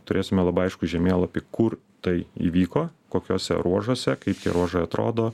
turėsime labai aiškų žemėlapį kur tai įvyko kokiuose ruožuose kaip tie ruožai atrodo